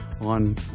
on